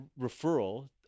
referral